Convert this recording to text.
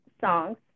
songs